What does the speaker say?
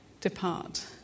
depart